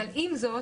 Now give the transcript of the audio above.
אבל עם זאת,